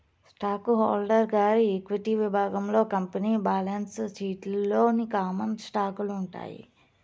stock holder గారి equity విభాగంలో company balance sheet లోని కామన్ స్టాకులు ఉంటాయి